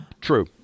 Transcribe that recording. True